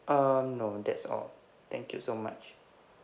um no that's all thank you so much